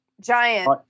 Giant